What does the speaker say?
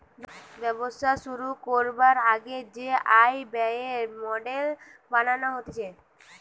ব্যবসা শুরু করবার আগে যে আয় ব্যয়ের মডেল বানানো হতিছে